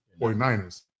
49ers